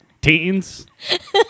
Teens